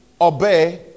obey